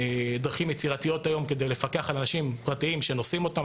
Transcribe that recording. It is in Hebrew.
דרכים יצירתיות היום כדי לפקח על אנשים פרטיים שנושאים אותם.